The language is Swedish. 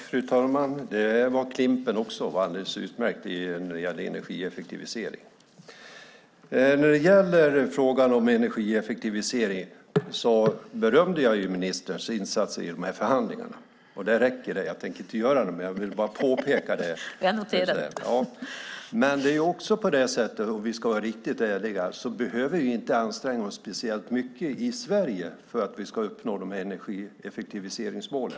Fru talman! Klimp:en var också alldeles utmärkt när det gäller energieffektivisering. När det gäller frågan om energieffektivisering berömde jag ministerns insatser i dessa förhandlingar. Det räcker. Jag tänker inte göra något mer. Jag ville bara påpeka det. Om vi ska vara riktigt ärliga behöver vi inte anstränga oss speciellt mycket i Sverige för att vi ska uppnå dessa energieffektiviseringsmål.